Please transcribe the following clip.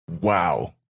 wow